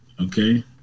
Okay